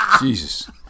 Jesus